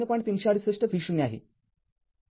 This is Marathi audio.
३६८ v0 आहे बरोबर